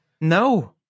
No